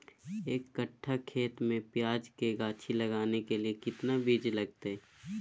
एक कट्ठा खेत में प्याज के गाछी लगाना के लिए कितना बिज लगतय?